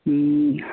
ᱩᱸᱜᱽ